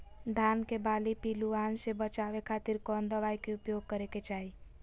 धान के बाली पिल्लूआन से बचावे खातिर कौन दवाई के उपयोग करे के चाही?